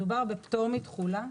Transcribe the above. מדובר בפתור מתכולה,